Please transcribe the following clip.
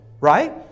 right